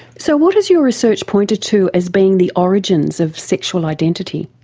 so what has your research pointed to as being the origins of sexual identity?